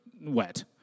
wet